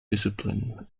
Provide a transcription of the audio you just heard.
discipline